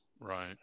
Right